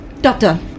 Doctor